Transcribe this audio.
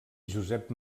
josep